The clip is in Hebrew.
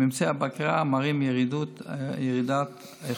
אם ממצאי הבקרה מראים ירידת איכות.